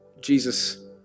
Jesus